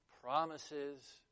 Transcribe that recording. promises